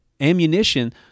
ammunition